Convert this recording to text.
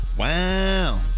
Wow